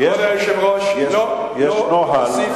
כבוד היושב-ראש, לא אוסיף, יש נוהל.